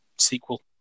sequel